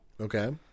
Okay